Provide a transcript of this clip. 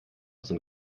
sind